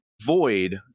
void